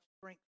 strength